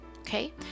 Okay